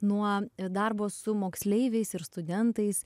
nuo darbo su moksleiviais ir studentais